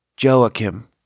Joachim